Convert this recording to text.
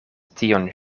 tion